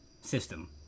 system